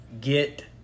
get